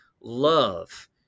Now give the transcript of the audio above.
Love